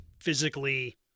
physically